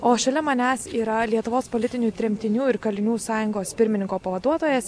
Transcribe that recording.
o šalia manęs yra lietuvos politinių tremtinių ir kalinių sąjungos pirmininko pavaduotojas